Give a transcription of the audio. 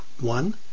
one